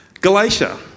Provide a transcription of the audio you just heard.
Galatia